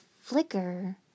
flicker